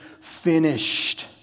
finished